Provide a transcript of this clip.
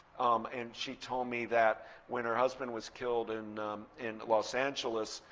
and she told me that when her husband was killed in in los angeles,